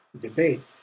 debate